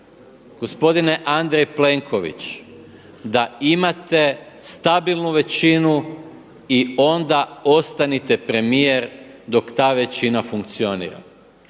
gospodine Andrej Plenković da imate stabilnu većinu i onda ostanite premijer dok ta većina funkcionira.